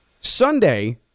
Sunday